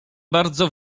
bardzo